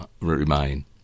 remain